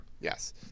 Yes